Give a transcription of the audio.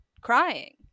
crying